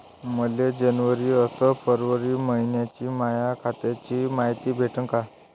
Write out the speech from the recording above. मले जनवरी अस फरवरी मइन्याची माया खात्याची मायती भेटन का?